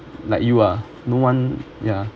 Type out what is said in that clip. like you ah no one ya